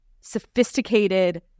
sophisticated